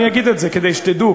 אני אגיד את זה כדי שתדעו,